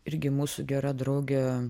irgi mūsų gera draugė